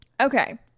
Okay